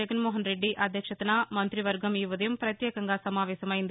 జగన్మోహన్రెడ్డి అధ్యక్షతన మంతి వర్గం ఈ ఉదయం ప్రత్యేకంగా సమావేశమైంది